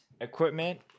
equipment